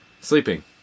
Sleeping